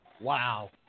wow